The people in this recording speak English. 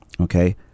Okay